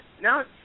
Now